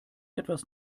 etwas